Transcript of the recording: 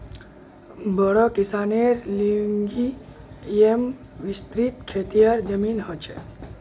बोड़ो किसानेर लिगि येमं विस्तृत खेतीर जमीन ह छे